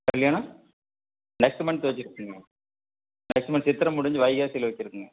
கல்யாணம் next month வெச்சுருக்குங்க next month Chithirai முடிஞ்சு வைகாசியில் வெச்சுருக்குங்க